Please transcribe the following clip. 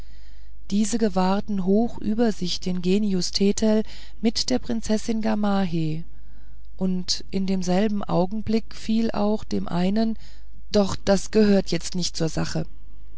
diese gewahrten hoch über sich den genius thetel mit der prinzessin gamaheh und in demselben augenblick fiel auch dem einen doch das gehört für jetzt nicht zur sache